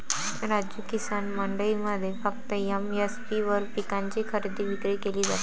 राजू, किसान मंडईमध्ये फक्त एम.एस.पी वर पिकांची खरेदी विक्री केली जाते